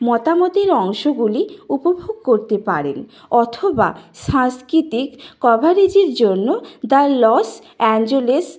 মতামতের অংশগুলি উপভোগ করতে পারেন অথবা সাংস্কৃতিক কভারেজের জন্য দ্য লস অ্যাঞ্জেলস